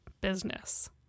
business